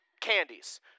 candies